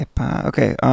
Okay